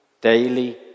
daily